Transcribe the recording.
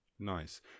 Nice